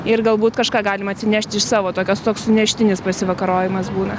ir galbūt kažką galima atsinešti iš savo tokios toks suneštinis pasivakarojimas būna